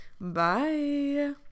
Bye